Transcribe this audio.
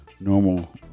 normal